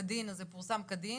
כדין אז זה פורסם כדין,